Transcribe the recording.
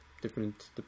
different